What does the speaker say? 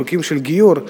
חוקים של גיור,